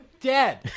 dead